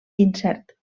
incert